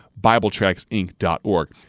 bibletracksinc.org